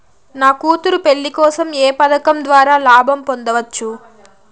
నా కూతురు పెళ్లి కోసం ఏ పథకం ద్వారా లాభం పొందవచ్చు?